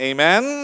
Amen